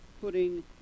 putting